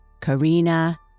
Karina